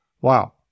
Wow